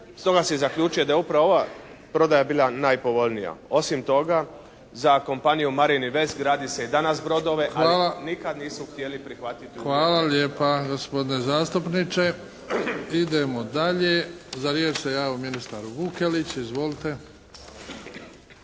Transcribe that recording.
Stoga se zaključuje da je upravo ova prodaja bila najpovoljnija. Osim toga za kompanijom "Marin Vest" gradi se i danas brodove, a nikada nisu htjeli prihvatiti uvjete… **Bebić, Luka (HDZ)** Hvala lijepa gospodine zastupniče. Idemo dalje. Za riječ se javio ministar Vukelić. Izvolite.